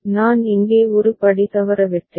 நான் இங்கே ஒரு படி தவறவிட்டேன்